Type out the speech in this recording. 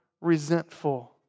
resentful